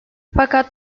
fakat